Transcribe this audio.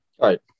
right